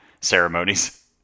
ceremonies